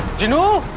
genie